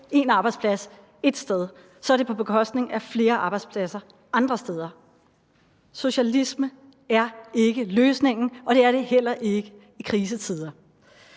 en arbejdsplads et sted, så er det på bekostning af flere arbejdspladser andre steder. Socialisme er ikke løsningen, og det er det heller ikke i krisetider.